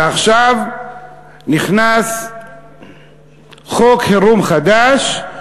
ועכשיו נכנס חוק חירום חדש,